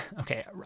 Okay